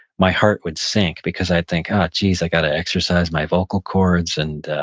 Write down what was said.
my heart would sink because i'd think, ah, jeez, i got to exercise my vocal cords and